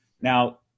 Now